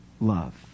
love